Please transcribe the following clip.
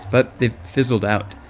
but they've fizzled out.